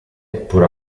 pur